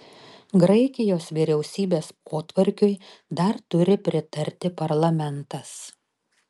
graikijos vyriausybės potvarkiui dar turi pritarti parlamentas